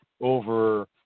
over